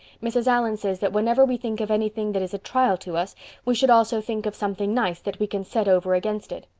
mrs. allan says that whenever we think of anything that is a trial to us we should also think of something nice that we can set over against it.